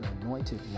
anointed